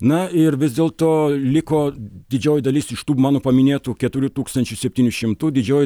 na ir vis dėlto liko didžioji dalis iš tų mano paminėtų keturių tūkstančių septynių šimtų didžioji